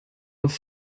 have